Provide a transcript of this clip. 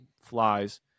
flies